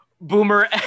boomer